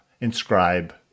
Inscribe